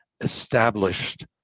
established